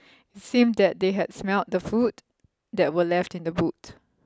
it seemed that they had smelt the food that were left in the boot